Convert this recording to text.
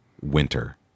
winter